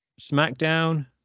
SmackDown